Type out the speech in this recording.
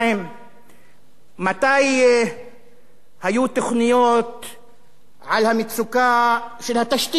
מתי היו תוכניות על המצוקה של התשתיות ביישובים הערביים?